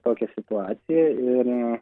tokia situacija ir